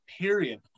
Period